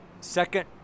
Second